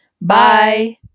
Bye